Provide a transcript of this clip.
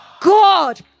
God